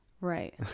Right